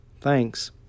Thanks